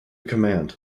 command